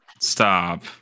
Stop